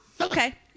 Okay